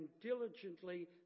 diligently